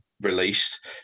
released